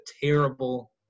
terrible